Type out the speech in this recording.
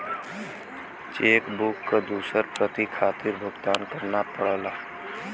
check book क दूसर प्रति खातिर भुगतान करना पड़ला